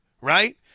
right –